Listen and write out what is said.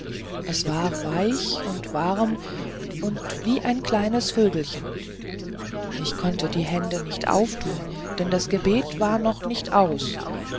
es war weich und warm und wie ein kleines vögelchen ich konnte die hände nicht auftun denn das gebet war noch nicht aus